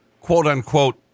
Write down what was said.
quote-unquote